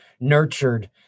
nurtured